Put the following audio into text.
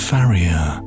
Farrier